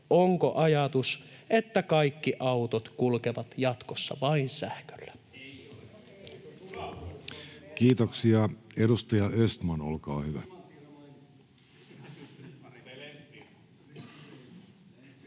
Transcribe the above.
Onko ajatus se, että kaikki autot kulkevat jatkossa vain sähköllä? [Oikealta: Ei ole!] Kiitoksia. — Edustaja Östman, olkaa hyvä.